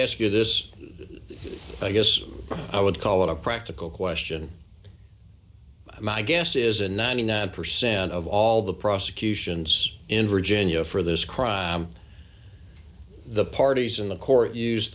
ask you this i guess i would call it a practical question my guess is in ninety nine percent of all the prosecutions in virginia for this crime the parties in the court use